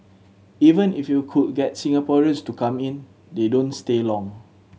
even if you could get Singaporeans to come in they don't stay long